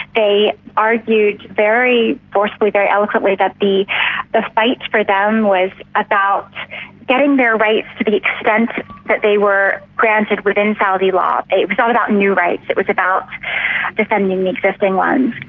argued very forcefully, very eloquently that the the fight for them was about getting their rights to the extent that they were granted within saudi law. it was not about new rights, it was about defending the existing ones.